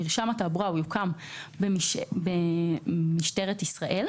מרשם התעבורה יוקם במשטרת ישראל.